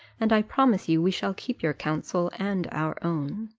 and i promise you we shall keep your counsel and our own.